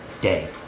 day